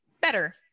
better